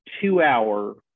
two-hour